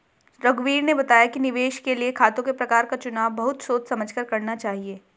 रघुवीर ने बताया कि निवेश के लिए खातों के प्रकार का चुनाव बहुत सोच समझ कर करना चाहिए